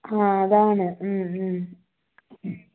ആഹ് അതാണ് മ് മ്